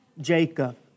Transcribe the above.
Jacob